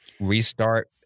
restart